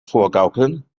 vorgaukeln